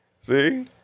See